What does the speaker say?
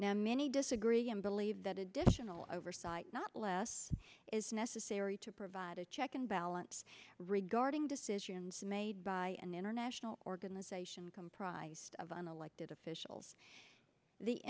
now many disagree and believe that additional oversight not less is necessary to provide a check and balance regarding decisions made by an international organization comprised of an elected officials the